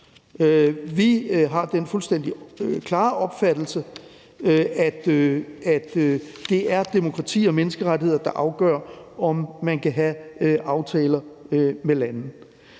Vi har den fuldstændig klare opfattelse, at det er demokrati og menneskerettigheder, der afgør, om man kan have aftaler med lande.